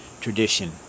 tradition